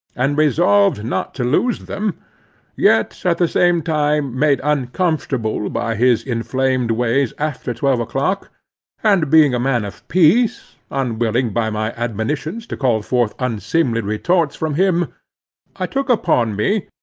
and resolved not to lose them yet, at the same time made uncomfortable by his inflamed ways after twelve o'clock and being a man of peace, unwilling by my admonitions to call forth unseemly retorts from him i took upon me,